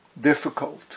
difficult